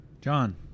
John